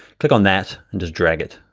click on that and just drag it.